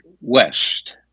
West